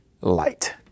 light